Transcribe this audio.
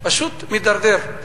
פשוט מידרדר,